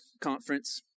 conference